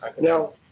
Now